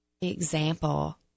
example